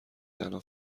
تنها